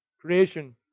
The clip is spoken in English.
Creation